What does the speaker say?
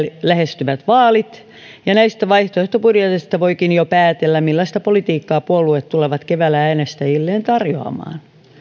lähestyvät vaalit ja näistä vaihtoehtobudjeteista voikin jo päätellä millaista politiikkaa puolueet tulevat keväällä äänestäjilleen tarjoamaan